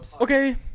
Okay